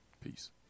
Peace